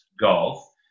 golf